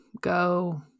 go